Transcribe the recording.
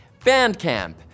Bandcamp